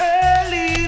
early